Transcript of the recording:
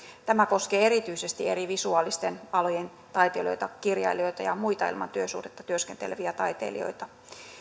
tämä koskee erityisesti eri visuaalisten alojen taiteilijoita kirjailijoita ja muita ilman työsuhdetta työskenteleviä taitelijoita